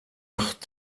acht